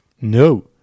No